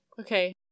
Okay